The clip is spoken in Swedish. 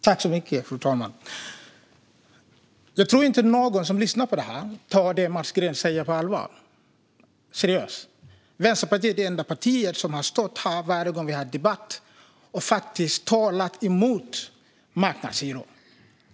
Fru talman! Jag tror inte att någon som lyssnar på detta tar det som Mats Green säger på allvar. Vänsterpartiet är det enda parti som har stått här varje gång vi har haft debatt och konsekvent talat emot marknadshyror.